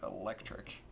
electric